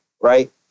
right